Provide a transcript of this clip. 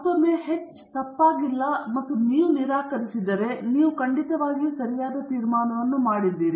ಮತ್ತೊಮ್ಮೆ ಎಚ್ ತಪ್ಪಾಗಿಲ್ಲ ಮತ್ತು ನೀವು ನಿರಾಕರಿಸಿದರೆ ನೀವು ಖಂಡಿತವಾಗಿಯೂ ಸರಿಯಾದ ತೀರ್ಮಾನವನ್ನು ಮಾಡಿದ್ದೀರಿ